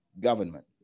government